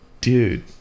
Dude